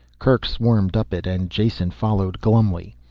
kerk swarmed up it and jason followed glumly.